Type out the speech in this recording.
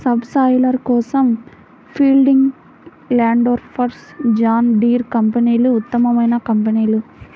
sub soiler కోసం Fieldking, Landforce, John Deere కంపెనీలు ఉత్తమమైన కంపెనీలు